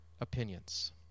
opinions